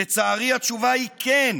לצערי התשובה היא: כן,